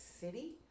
city